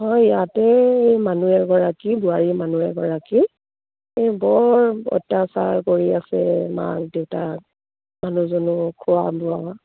হয় ইয়াতে এই মানুহ এগৰাকী বোৱাৰী মানুহ এগৰাকী এই বৰ অত্যাচাৰ কৰি আছে মাক দেউতাক মানুহজনেও খোৱা বোৱা